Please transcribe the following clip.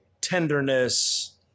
tenderness